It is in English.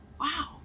wow